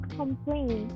complain